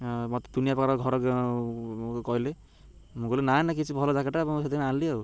ମତେ ଦୁନିଆଁ ପ୍ରକାର ଘର କହିଲେ ମୁଁ କହିଲି ନା ନା କିଛି ଭଲ ଜ୍ୟାକେଟ୍ଟା ମୁଁ ସେଥିପାଇଁ ଆଣିଲି ଆଉ